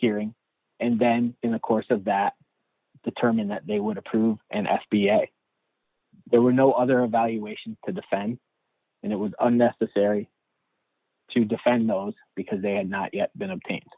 hearing and then in the course of that determine that they would approve an s b a there were no other evaluations to defend and it was unnecessary to defend those because they had not yet been